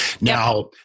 Now